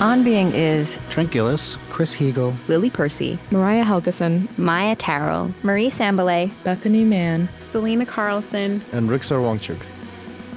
on being is trent gilliss, chris heagle, lily percy, mariah helgeson, maia tarrell, marie sambilay, bethanie mann, selena carlson, and rigsar wangchuck